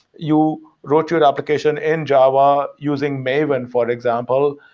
you wrote your application in java using maven, for example.